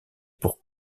pour